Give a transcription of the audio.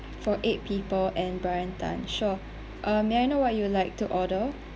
for eight people and brian tan sure uh may I know what you would like to order